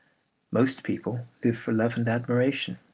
most people live for love and admiration.